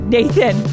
Nathan